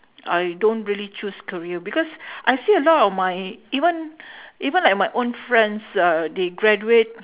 I don't really choose career because I see a lot of my even even like my own friends uh they graduate